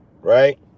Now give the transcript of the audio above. Right